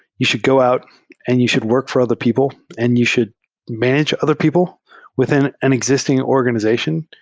you should go out and you should work for other people and you should manage other people within an exis ting organization.